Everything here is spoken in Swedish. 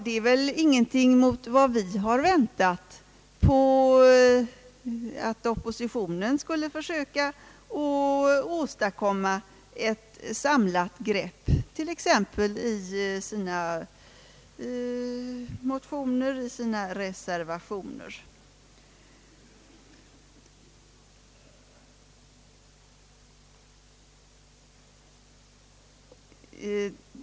Det är väl ingenting mot vad vi har väntat på att oppositionen skulle försöka åstadkomma ett samlat grepp, t.ex. i sina motioner och sina reservationer.